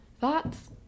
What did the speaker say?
Thoughts